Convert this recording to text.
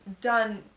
done